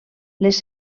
les